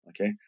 Okay